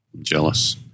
jealous